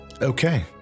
Okay